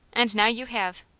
and now you have.